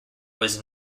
was